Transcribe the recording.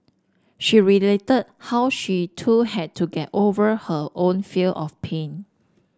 she related how she too had to get over her own fear of pain